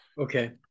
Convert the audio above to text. Okay